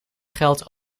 geld